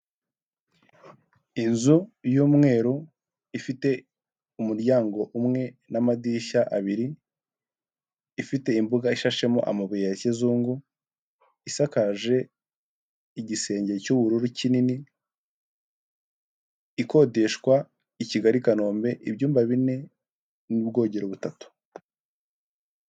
Inzu y'umweru ifite umuryango umwe n'amadirishya abiri, ifite imbuga ishashemo amabuye ya kizungu, isakaje igisenge cy'ubururu kinini, ikodeshwa i Kigali i Kanombe ibyumba bine n'ubwogero butatu.